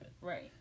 Right